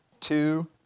two